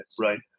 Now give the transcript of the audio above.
right